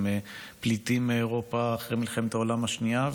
פליטים מאירופה אחרי מלחמת העולם השנייה,